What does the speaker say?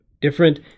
different